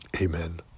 amen